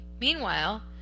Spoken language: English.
Meanwhile